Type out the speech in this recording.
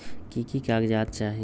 की की कागज़ात चाही?